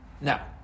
Now